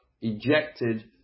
ejected